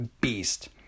beast